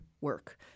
work